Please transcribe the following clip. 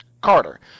Carter